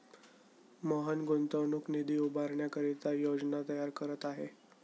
मोहन गुंतवणूक निधी उभारण्याकरिता योजना तयार करत आहे